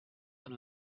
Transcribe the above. have